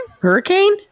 Hurricane